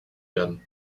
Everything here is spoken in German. werden